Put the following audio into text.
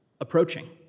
approaching